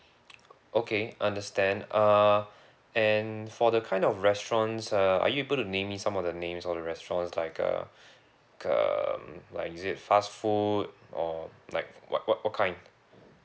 okay understand uh and for the kind of restaurants uh are you able to name me some of the names of the restaurants like uh um like is it fast food or like what what what kind